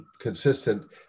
consistent